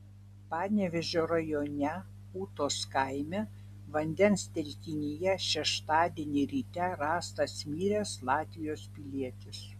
panevėžio rajone ūtos kaime vandens telkinyje šeštadienį ryte rastas miręs latvijos pilietis